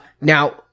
Now